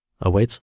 awaits